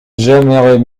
j’aimerais